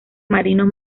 marinos